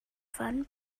von